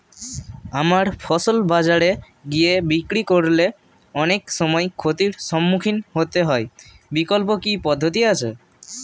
আমার ফসল বাজারে গিয়ে বিক্রি করলে অনেক সময় ক্ষতির সম্মুখীন হতে হয় বিকল্প কি পদ্ধতি আছে?